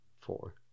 Four